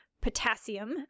potassium